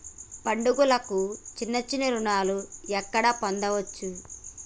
పండుగలకు చిన్న చిన్న రుణాలు ఎక్కడ పొందచ్చు?